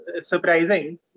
surprising